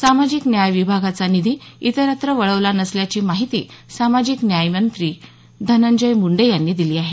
सामाजिक न्याय विभागाचा निधी इतरत्र वळवला नसल्याची माहिती सामाजिक न्यायमंत्री धनंजय मुंडे यांनी दिली आहे